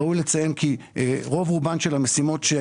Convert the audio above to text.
ראוי לציין כי רוב רובן של המשימות של